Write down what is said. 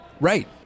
Right